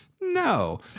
No